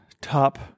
top